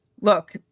Look